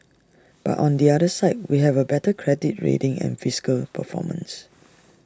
but on the other side we have A better credit rating and fiscal performance